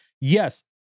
Yes